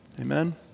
Amen